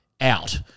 out